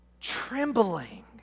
trembling